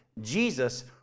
Jesus